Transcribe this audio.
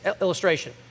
illustration